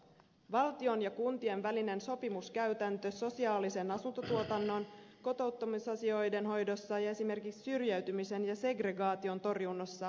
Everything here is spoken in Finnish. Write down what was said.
valtion ja kuntien välinen sopimuskäytäntö sosiaalisen asuntotuotannon kotouttamisasioiden hoidossa ja esimerkiksi syrjäytymisen ja segregaation torjunnassa on hyvä